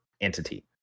entity